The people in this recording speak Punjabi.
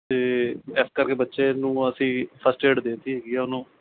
ਅਤੇ ਇਸ ਕਰਕੇ ਬੱਚੇ ਨੂੰ ਅਸੀਂ ਫਸਟ ਏਡ ਦੇਤੀ ਹੈਗੀ ਹੈ ਉਹਨੂੰ